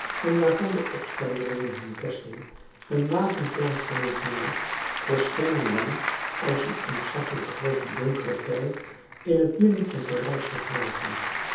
en waarvan de opstandelingen hun vesting en wapenplaats hadden gemaakt verscheen hem als een ontzaggelijk groote donkere kuil in het midden van parijs gegraven